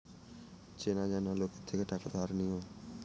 চেনা জানা লোকের থেকে টাকা ধার নিও